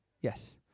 Yes